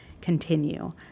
continue